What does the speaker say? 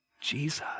Jesus